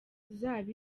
zaba